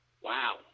Wow